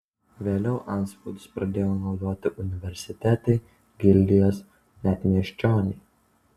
vėliau antspaudus pradėjo naudoti universitetai gildijos net miesčioniai